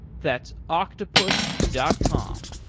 that's octopus dot com,